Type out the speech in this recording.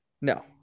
No